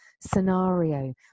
scenario